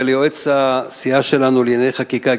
וליועץ הסיעה שלנו לענייני חקיקה,